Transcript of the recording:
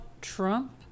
Trump